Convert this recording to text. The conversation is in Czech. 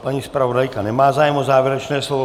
Paní zpravodajka nemá zájem o závěrečné slovo.